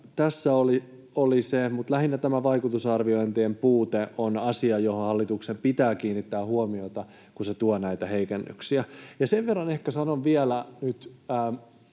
tässä oli se, mutta lähinnä tämä vaikutusarviointien puute on asia, johon hallituksen pitää kiinnittää huomiota, kun se tuo näitä heikennyksiä. Sen verran ehkä sanon vielä nyt,